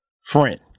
Friend